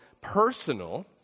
personal